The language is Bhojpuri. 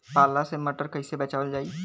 पाला से मटर कईसे बचावल जाई?